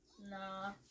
Nah